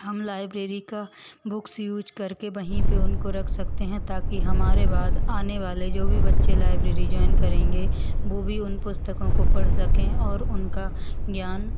हम लाइब्रेरी का books use करके वहीं पे उनको रख सकते हैं ताकि हमारे बाद आने वाले जो भी बच्चे लाइब्रेरी ज्वाइन करेंगे वो भी उन पुस्तकों को पढ़ सकें और उनका ज्ञान